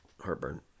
heartburn